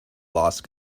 lost